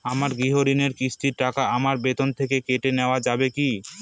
আমার গৃহঋণের কিস্তির টাকা আমার বেতন থেকে কেটে নেওয়া যাবে কি?